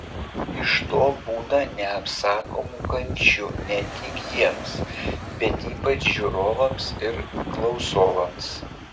iš to būna neapsakomų kančių ne tik jiems bet ypač žiūrovams ir klausovams